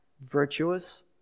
virtuous